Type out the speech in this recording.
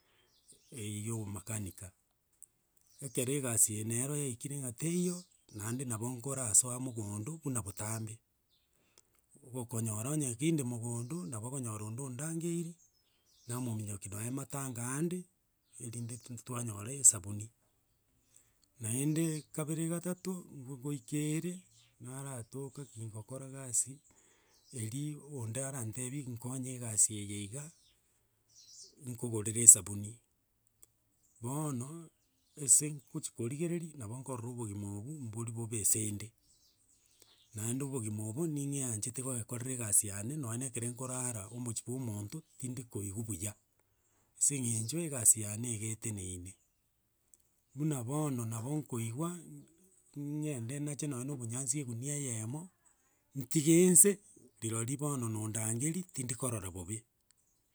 Eye ya obomakanika, ekero egasi eye nero yaikire ng'a teiyo, naende nabo ngorasoa mogondo buna botambe, gokonyora onye kinde mogondo, nabo okonyora onde ondangeiri, namominyokia nonye matanga ande, erinde ntu- tu twanyora esabuni. Naende kabere gatato ngoikere, naratoka kingokora gasi eri onde arantebi nkonye egasi eye iga, nkogorere esabuni, bono ase ngochi korigereria, nabo nkorora obogima obwo, mbori bobe ase inde, naende obogima obo ning'eanchete goekorera egasi yane, nonye na ekere nkorara omochi bwa omonto, tindi koigwa buya, ase eng'encho egasi yane iga eteneine. Buna bono nabo nkoigwa ng'ende nache nonye na obonyansi egunia eyemo, ntige nse, riroria bono nondangeria, tindi korora bobe.